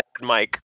Mike